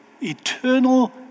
eternal